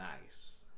nice